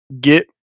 get